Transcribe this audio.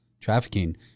trafficking